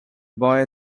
boy